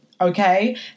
okay